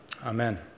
amen